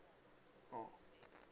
oh